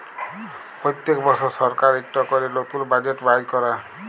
প্যত্তেক বসর সরকার ইকট ক্যরে লতুল বাজেট বাইর ক্যরে